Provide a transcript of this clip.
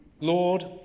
Lord